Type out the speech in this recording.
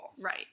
Right